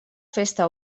festa